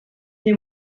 they